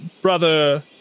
Brother